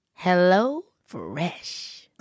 HelloFresh